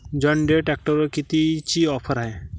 John Deere ट्रॅक्टरवर कितीची offer हाये?